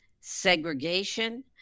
segregation